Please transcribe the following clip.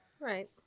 right